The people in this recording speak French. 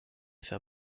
faire